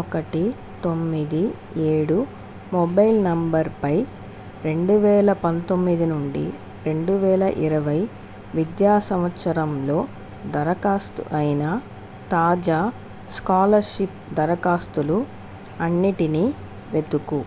ఒకటి తొమ్మిది ఏడు మొబైల్ నంబర్పై రెండు వేల పంతొమ్మిది నుండి రెండు వేల ఇరవై విద్యా సంవత్సరంలో దరఖాస్తు అయిన తాజా స్కాలర్షిప్ దరఖాస్తులు అన్నిటినీ వెతుకు